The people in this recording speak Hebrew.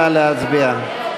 נא להצביע.